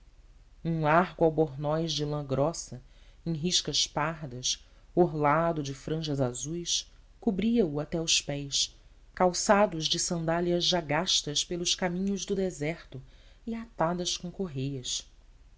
um largo albornoz de lã grossa em riscas pardas orlado de franjas azuis cobria o até aos pés calçados de sandálias já gastas pelos caminhos do deserto e atadas com correias